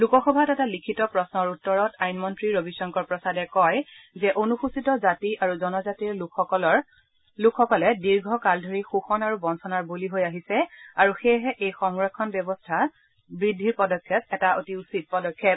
লোকসভাত এটা লিখিত প্ৰশ্নৰ উত্তৰত আইনমন্ত্ৰী ৰবিশংকৰ প্ৰসাদে কয় যে অনুসচিত জাতি আৰু জনজাতি লোকসকল দীৰ্ঘকাল ধৰি শোষণ আৰু বঞ্চনাৰ বলি হৈ আহিছে আৰু সেয়েহে এই সংৰক্ষণ ব্যৱস্থা বৃদ্ধি এটা উচিত পদক্ষেপ